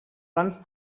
runs